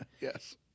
yes